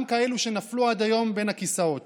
גם כאלה שנפלו עד היום בין הכיסאות.